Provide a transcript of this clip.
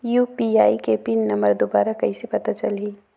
UPI के pin number दुबारा कइसे पता चलही?